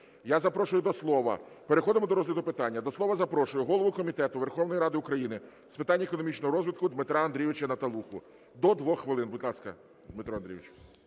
прийнято. Переходимо до розгляду питання. До слова запрошую голову Комітету Верховної Ради України з питань економічного розвитку Дмитра Андрійовича Наталуху. До 2 хвилин, будь ласка, Дмитро Андрійович.